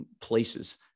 places